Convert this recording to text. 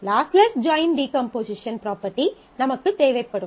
lossless join decomposition property நமக்குத் தேவைப்படும்